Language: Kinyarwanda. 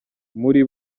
muri